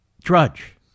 Drudge